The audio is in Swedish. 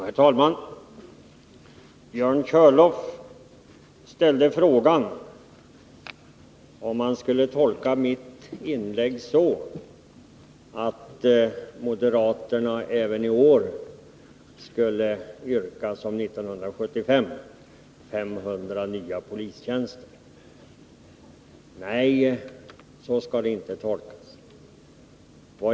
Herr talman! Björn Körlof ställde frågan, om han skulle tolka mitt inlägg så att jag ansåg att moderaterna i år borde yrka på 500 nya polistjänster precis som man gjorde 1975. Nej, så skall det inte tolkas.